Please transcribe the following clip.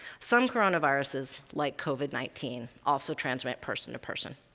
some coronaviruses, like covid nineteen, also transmit person to person.